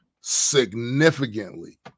significantly